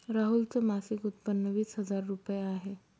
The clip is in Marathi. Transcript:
राहुल च मासिक उत्पन्न वीस हजार रुपये आहे